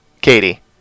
Katie